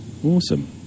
Awesome